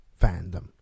fandom